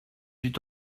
huit